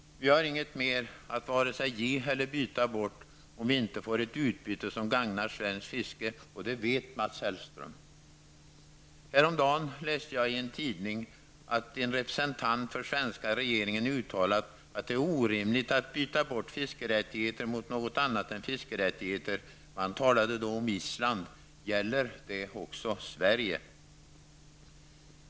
Vi har inget mer att vare sig ge eller byta bort om vi inte får ett utbyte som gagnar svenskt fiske, och det vet Mats Hellström. Häromdagen läste jag i en tidning att en representant för svenska regeringen har uttalat att det är orimligt att byta bort fiskerättigheter mot något annat än fiskerättigheter. Man talade då om Island. Gäller det också Sverige?